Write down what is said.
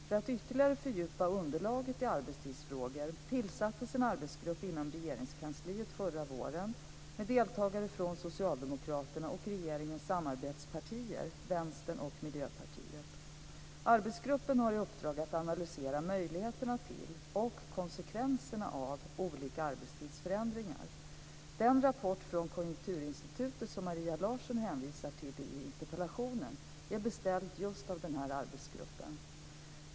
För att ytterligare fördjupa underlaget i arbetstidsfrågor tillsattes en arbetsgrupp inom Regeringskansliet förra våren med deltagare från Socialdemokraterna och regeringens samarbetspartier Vänsterpartiet och Miljöpartiet. Arbetsgruppen har i uppdrag att analysera möjligheterna till och konsekvenserna av olika arbetstidsförändringar. Den rapport från Konjunkturinstitutet som Maria Larsson hänvisar till i sin interpellation är beställd just av den här arbetsgruppen.